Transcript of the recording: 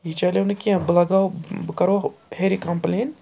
یہِ چَلیو نہٕ کینٛہہ بہٕ لَگاوو بہٕ کَرو ہیٚرِ کَمپٕلین